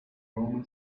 roman